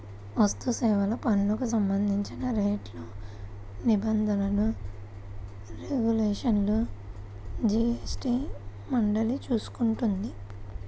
వస్తుసేవల పన్నుకు సంబంధించిన రేట్లు, నిబంధనలు, రెగ్యులేషన్లను జీఎస్టీ మండలి చూసుకుంటుంది